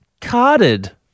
carded